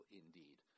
indeed